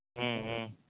ம் ம்